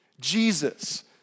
Jesus